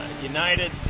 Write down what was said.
United